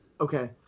Okay